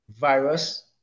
virus